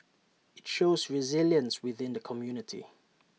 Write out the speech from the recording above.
IT shows resilience within the community